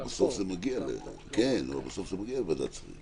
בהתחלה, אבל בסוף זה מגיע לוועדת שרים.